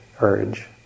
urge